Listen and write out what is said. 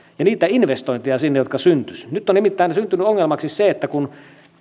ja niitä investointeja jotka syntyisivät nyt on nimittäin syntynyt ongelmaksi se että kun